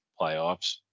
playoffs